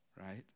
right